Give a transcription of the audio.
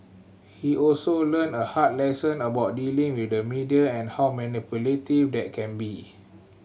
he also learned a hard lesson about dealing with the media and how manipulative they can be